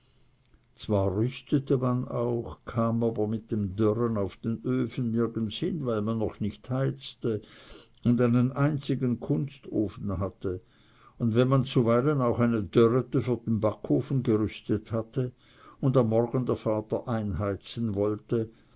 zwar rüstete man auch kam aber mit dem dörren auf den öfen nirgends hin weil man noch nicht heizte und einen einzigen kunstofen hatte und wenn man zuweilen auch eine dörrete für den backofen gerüstet hatte und am morgen der vater einheizen wollte